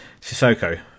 Sissoko